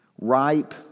ripe